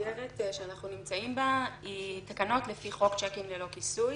המסגרת שאנחנו נמצאים בה היא תקנות לפי חוק צ'קים ללא כיסוי.